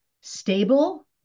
stable